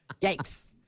Yikes